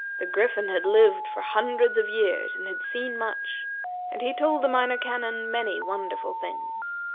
the griffin had lived for hundreds of years, and had seen much and he told the minor canon many wonderful things.